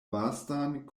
vastan